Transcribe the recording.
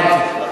הבנתי.